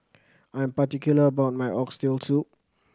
I am particular about my Oxtail Soup